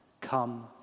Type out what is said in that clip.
come